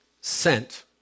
sent